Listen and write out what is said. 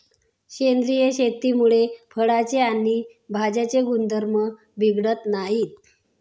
सेंद्रिय शेतीमुळे फळांचे आणि भाज्यांचे गुणधर्म बिघडत नाहीत